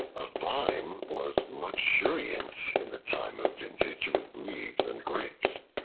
a vine was luxuriant in the time of vintage with leaves and grapes.